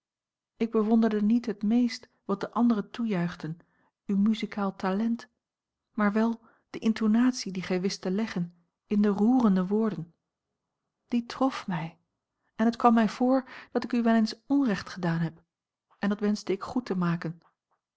ik bewonderde niet het meest wat de anderen toejuichten uw muzikaal talent maar wel de intonatie die gij wist te leggen in de roerende woorden die trof mij en het kwam mij voor dat ik u wel eens onrecht gedaan heb en dat wenschte ik goed te maken